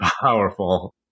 powerful